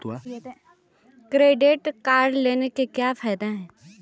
Credit card लेने के क्या फायदे हैं?